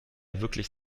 wirklich